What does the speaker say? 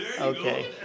Okay